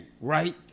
right